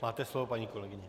Máte slovo, paní kolegyně.